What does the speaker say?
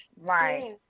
right